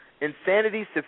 Insanity